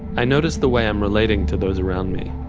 i noticed the way i'm relating to those around me.